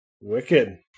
wicked